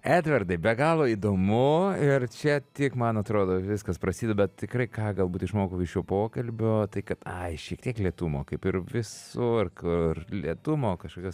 edvardai be galo įdomu ir čia tik man atrodo viskas prasideda tikrai ką galbūt išmokau iš šio pokalbio tai kad ai šiek tiek lėtumo kaip ir visur kur lėtumo kažkokios